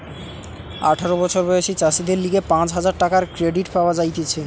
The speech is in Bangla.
আঠারো বছর বয়সী চাষীদের লিগে পাঁচ হাজার টাকার ক্রেডিট পাওয়া যাতিছে